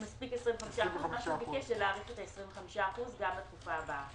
מספיק 25%. מה שהוא ביקש להאריך את ה-25% לתקופה הבאה.